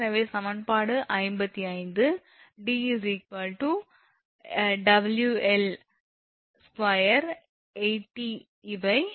எனவே சமன்பாடு 55 𝑑 𝑊𝐿28𝑇 இவை 𝑊 1